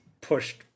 pushed